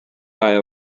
guy